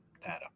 data